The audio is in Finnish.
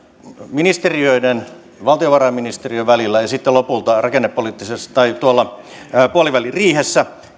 ministeriöiden ja valtiovarainministeriön välillä ja sitten lopulta puoliväliriihessä